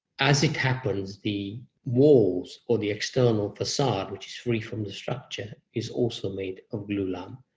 as it happens, the walls, or the external facade, which is free from the structure, is also made of glulam.